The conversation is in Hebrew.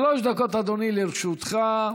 שלוש דקות, אדוני, לרשותך.